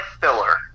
filler